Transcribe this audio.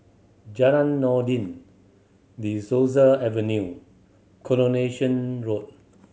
Jalan Noordin De Souza Avenue Coronation Road